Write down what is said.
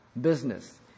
business